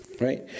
Right